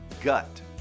gut